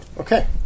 okay